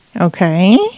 Okay